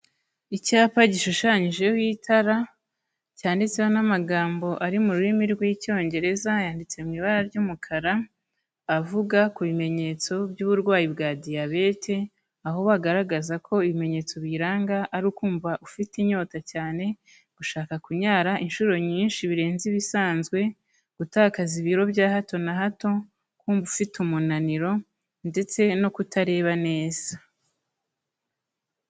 Icyapa gishushanyijeho itara, cyanditseho n'amagambo ari mu rurimi rw'icyongereza yanditse mu ibara ry'umukara, avuga ku bimenyetso by'uburwayi bwa diyabete, aho bagaragaza ko ibimenyetso biyiranga ari ukumva ufite inyota cyane, gushaka kunyara inshuro nyinshi birenze ibisanzwe, gutakaza ibiro bya hato na hato, kumva ufite umunaniro ndetse no kutareba neza.